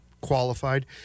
qualified